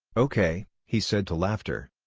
ok, he said to laughter.